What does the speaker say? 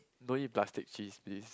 don't eat plastic cheese please